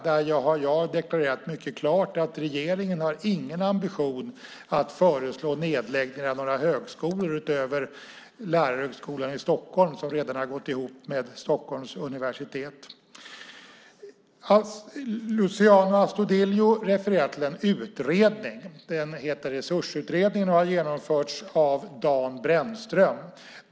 Där har jag mycket klart deklarerat att regeringen inte har någon ambition att föreslå nedläggning av några högskolor utöver Lärarhögskolan i Stockholm som redan har gått ihop med Stockholms universitet. Luciano Astudillo refererar till en utredning som heter Resursutredningen och har genomförts av Dan Brännström.